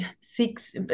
six